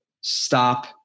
stop